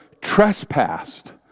trespassed